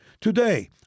Today